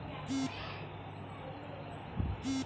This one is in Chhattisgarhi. दईहान म राउत मन ह गांव भर के जम्मो गरूवा ल एक जगह सकेल के रखथे